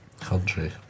Country